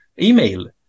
email